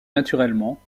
naturellement